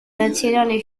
nazionale